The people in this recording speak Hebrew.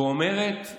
ואומרת: